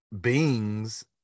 beings